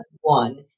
one